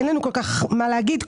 אני לא מתייאש מהעניין הזה,